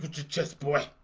just boy.